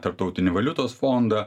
tarptautinį valiutos fondą